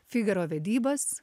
figaro vedybas